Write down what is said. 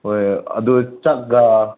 ꯍꯣꯏ ꯑꯗꯨ ꯆꯥꯛꯀ